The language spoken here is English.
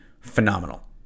phenomenal